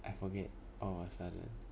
I forget all of a sudden